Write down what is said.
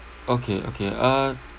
okay okay uh